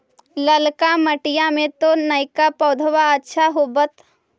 ललका मिटीया मे तो नयका पौधबा अच्छा होबत?